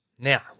Now